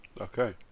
okay